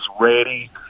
ready